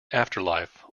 afterlife